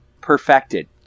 perfected